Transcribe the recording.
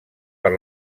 per